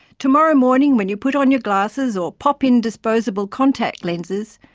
tomorrow morning, when you put on your glasses or pop in disposable contact lenses,